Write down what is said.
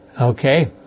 Okay